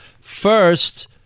First